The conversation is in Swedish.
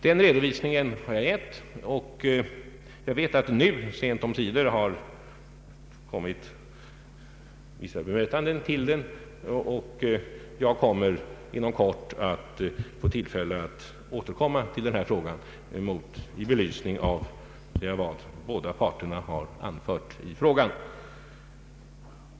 Den redovisningen har jag lämnat, och jag vet att det nu sent omsider kommit vissa bemötanden. Jag får inom kort tillfälle att återkomma till denna fråga med en belysning av vad båda parter har anfört i frågan.